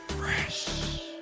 Fresh